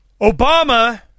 Obama